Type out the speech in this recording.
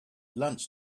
lunch